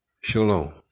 Shalom